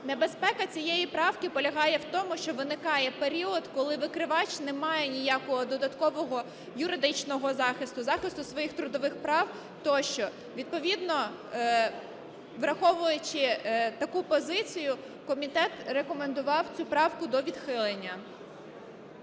Небезпека цієї правки полягає в тому, що виникає період, коли викривач не має ніякого додаткового юридичного захисту, захисту своїх трудових прав, тощо. Відповідно, враховуючи таку позицію, комітет рекомендував цю правку до відхилення.